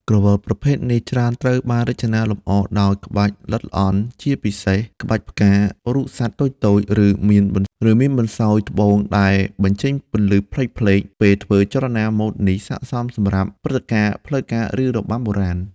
ក្រវិលប្រភេទនេះច្រើនត្រូវបានរចនាលម្អដោយក្បាច់ល្អិតល្អន់ ជាពិសេសក្បាច់ផ្កា រូបសត្វតូចៗ ឬមានបន្សោយត្បូងដែលបញ្ចេញពន្លឺភ្លឺផ្លេកៗពេលធ្វើចលនា ម៉ូដនេះស័ក្តិសមសម្រាប់ព្រឹត្តិការណ៍ផ្លូវការ ឬរបាំបុរាណ។